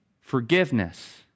forgiveness